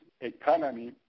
economy